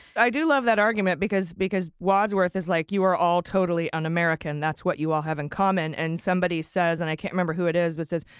i do love that argument because because wadsworth is like, you are all totally un-american. that's what you all have in common. and somebody says, and i can't remember who it is, but says,